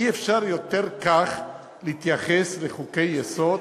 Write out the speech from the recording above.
אי-אפשר יותר כך להתייחס לחוקי-יסוד.